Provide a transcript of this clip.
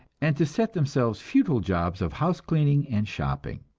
and to set themselves futile jobs of house cleaning and shopping.